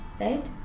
Right